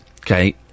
okay